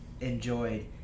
enjoyed